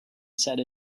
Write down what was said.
said